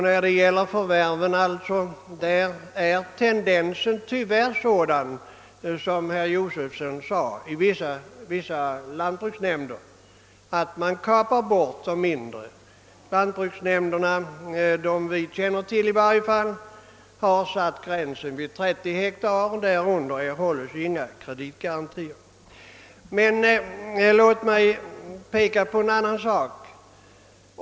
När det gäller förvärven är tendensen tyvärr hos vissa lantbruksnämnder sådan som herr Josefson i Arrie sade, att man kapar bort de mindre. I varje fall de lantbruksnämnder vi känner till har satt gränsen vid 30 hektar; därunder erhålls inga kreditgarantier. Men låt mig peka på en annan sak.